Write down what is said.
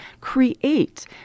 create